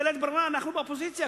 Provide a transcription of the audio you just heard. בלית ברירה אנחנו באופוזיציה,